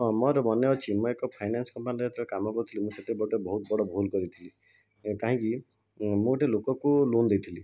ହଁ ମୋର ମନେ ଅଛି ମୁଁ ଏକ ଫାଇନାନ୍ସ୍ କମ୍ପାନୀରେ ଯେତେବେଳେ କାମ କରୁଥିଲି ମୁଁ ସେତେବେଳେ ଗୋଟେ ବହୁତ ବଡ଼ ଭୁଲ୍ କରିଥିଲି କାହଁକି ମୁଁ ଗୋଟେ ଲୋକକୁ ଲୋନ୍ ଦେଇଥିଲି